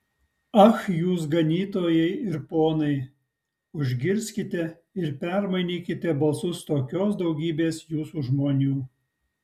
ach jūs ganytojai ir ponai užgirskite ir permainykite balsus tokios daugybės jūsų žmonių